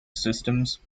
systems